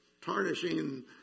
tarnishing